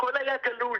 הכול היה גלוי,